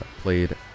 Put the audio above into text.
played